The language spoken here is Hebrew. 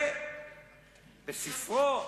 ובספרו,